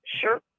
Sure